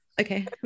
okay